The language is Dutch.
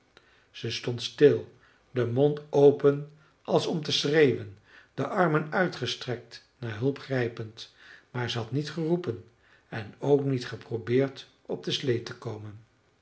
ze stond stil den mond open als om te schreeuwen de armen uitgestrekt naar hulp grijpend maar ze had niet geroepen en ook niet geprobeerd op de slee te komen